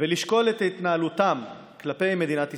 ולשקול את התנהלותם כלפי מדינת ישראל,